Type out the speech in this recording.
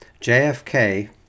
JFK